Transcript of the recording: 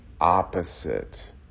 opposite